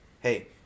hey